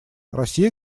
россия